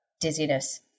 dizziness